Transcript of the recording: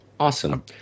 Awesome